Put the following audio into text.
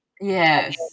Yes